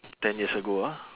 ten years ago ah